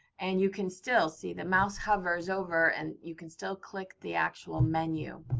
and you can still, see the mouse hovers over and you can still click the actual menu.